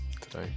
today